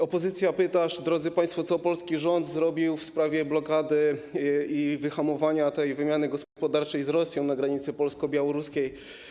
Opozycja pyta, drodzy państwo, co polski rząd zrobił w sprawie blokady i wyhamowania wymiany gospodarczej z Rosją na granicy polsko-białoruskiej.